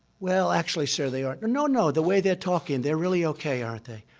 well, actually, sir, they aren't. no, no. the way they're talking. they're really okay, aren't they?